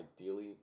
ideally